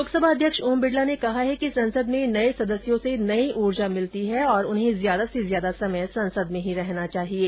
लोकसभा अध्यक्ष ओम बिडला ने कहा है कि संसद में नये सदस्यों से नई ऊर्जा मिलती है और उन्हें ज्यादा से ज्यादा समय संसद में ही रहना चाहिये